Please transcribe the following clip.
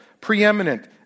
preeminent